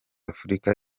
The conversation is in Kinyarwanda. afurika